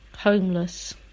homeless